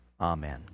amen